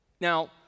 Now